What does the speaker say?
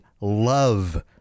love